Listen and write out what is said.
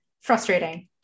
frustrating